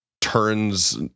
turns